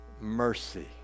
mercy